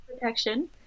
protection